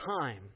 time